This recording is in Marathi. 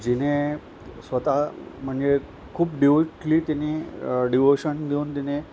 जिने स्वत म्हणजे खूप डिवोटली तिने डिवोशन घऊन तिने